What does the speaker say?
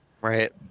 Right